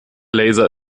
laser